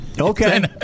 okay